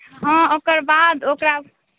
हँ ओकरबाद ओकरा